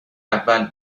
اول